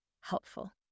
helpful